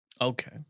Okay